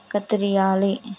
కత్తిరించాలి